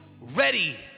ready